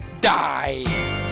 die